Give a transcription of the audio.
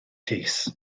llys